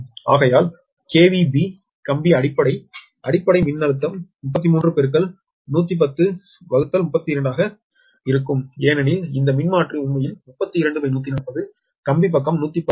ஆகையால் B கம்பி அடிப்படை அடிப்படை மின்னழுத்தம் 3311032 ஆக இருக்கும் ஏனெனில் இந்த மின்மாற்றி உண்மையில் 32110 கம்பி பக்கம் 110 KV